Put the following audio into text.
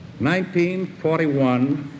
1941